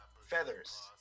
feathers